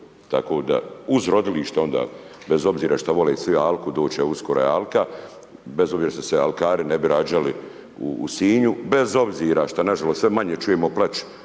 Tako da uz rodilište onda, bez obzira što vole i svi alku, doći će uskoro i alka, bez obzira što se alkari ne bi rađali u Sinju, bez obzira što nažalost sve manje čujemo plač